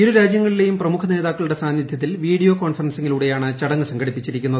ഇരുരാജ്യങ്ങളിലെയും പ്രമുഖ നേതാക്കളുട്ട സാന്നിധ്യത്തിൽ വീഡിയോ കോൺഫറൻസിങ്ങിലൂട്ടെയാ്ണ് ചടങ്ങ് സംഘടിപ്പിക്കുന്നത്